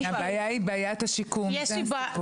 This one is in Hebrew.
הבעיה היא בעיית השיקום, זה הסיפור.